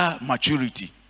maturity